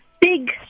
big